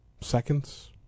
Seconds